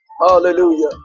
Hallelujah